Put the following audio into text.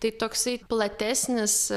tai toksai platesnis